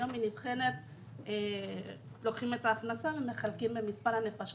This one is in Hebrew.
היום לוקחים את ההכנסה ומחלקים במספר הנפשות